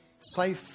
safe